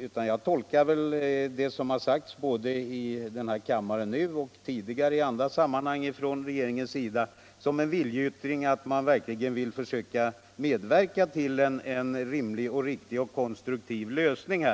utan tolkar det som har sagts här i kammaren nu och i andra sammanhang från regeringens sida som en viljeyttring att försöka medverka till en riktig och konstruktiv lösning.